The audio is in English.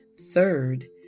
Third